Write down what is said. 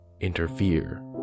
interfere